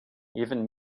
even